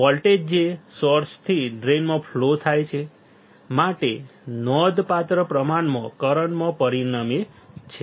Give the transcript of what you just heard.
voltage કે જે સોર્સથી ડ્રેઇનમાં ફ્લો થવા માટે નોંધપાત્ર પ્રમાણમાં કરંટમાં પરિણમે છે